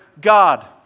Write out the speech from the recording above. God